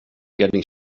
getting